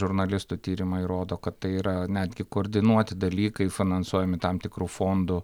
žurnalistų tyrimai rodo kad tai yra netgi koordinuoti dalykai finansuojami tam tikrų fondų